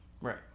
Right